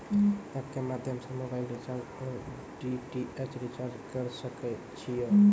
App के माध्यम से मोबाइल रिचार्ज ओर डी.टी.एच रिचार्ज करऽ सके छी यो?